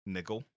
Nickel